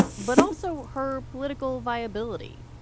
but also her political viability.